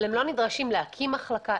אבל הם לא נדרשים להקים מחלקה,